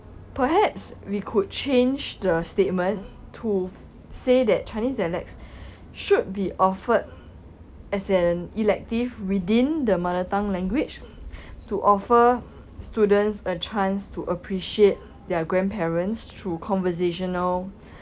perhaps we could change the statement to say that chinese dialects should be offered as an elective within the mother tongue language to offer students a chance to appreciate their grandparents through conversational